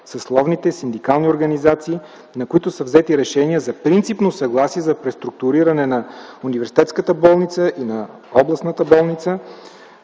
съсловните синдикални организации, на които са взети решения за принципно съгласие за преструктуриране на Университетската болница и на Областната болница